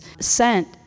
sent